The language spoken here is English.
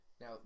Now